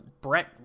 Brett